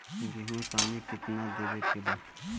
गेहूँ मे पानी कितनादेवे के बा?